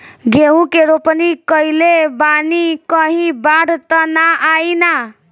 गेहूं के रोपनी कईले बानी कहीं बाढ़ त ना आई ना?